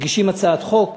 מגישים הצעת חוק,